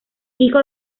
hijo